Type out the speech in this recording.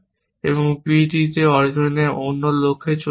এবং b d এ অর্জনের অন্য লক্ষ্যে চলে গেছেন